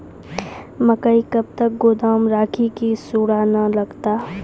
मकई कब तक गोदाम राखि की सूड़ा न लगता?